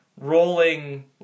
rolling